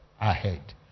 ahead